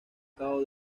cabo